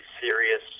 serious